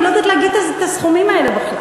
הבנתי, אני לא יודעת להגיד את הסכומים האלה בכלל.